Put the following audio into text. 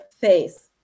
face